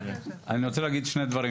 אני רוצה להגיד שני דברים,